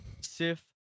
Sif